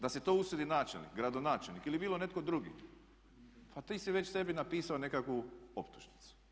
Da se to usudi načelnik, gradonačelnik ili bilo netko drugi pa ti si već sebi napisao nekakvu optužnicu.